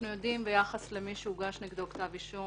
אנחנו יודעים ביחס למי שהוגש נגדו כתב אישום